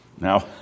Now